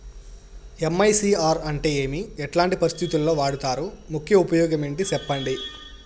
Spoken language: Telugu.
ఎమ్.ఐ.సి.ఆర్ అంటే ఏమి? ఎట్లాంటి పరిస్థితుల్లో వాడుతారు? ముఖ్య ఉపయోగం ఏంటి సెప్పండి?